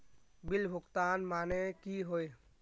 Bill भुगतान माने की होय?